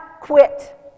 quit